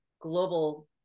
global